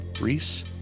Reese